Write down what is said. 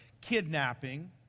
kidnapping